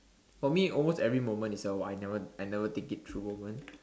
for me almost every moment is a oh I never I never think it through moment